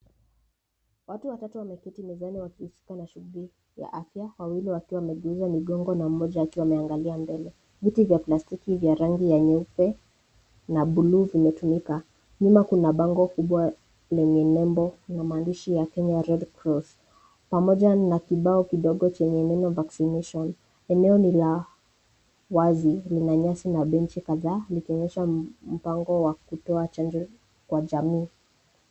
Watu watatu wameketi mezani wakihusika na shughuli ya afya wawili wakiwa wamegeuza migongo na mmoja akiwa ameangalia mbele. Viti vya plastiki vya rangi ya nyeupe na bluu vimetumika nyuma. Kuna bango kubwa lenye nembo na maandishi ya Kenya red cross pamoja na kibao kidogo chenye neno vaccination . Eneo la wazi lina nyasi na benchi kadhaa likionyesha mpango wa kutoa chanjo kwa jamii.